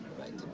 right